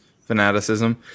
fanaticism